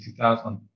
2000